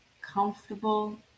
Comfortable